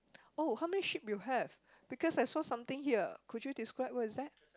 oh how many sheep you have because I saw something here could you describe what is that